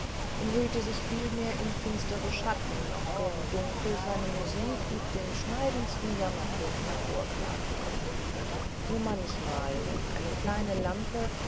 umhüllte sich vielmehr in finstere schatten aus deren dunkel seine musik mit den schneidendsten jammertönen hervorklagte nur manchmal wenn eine kleine lampe